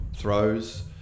throws